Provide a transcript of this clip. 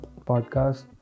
podcast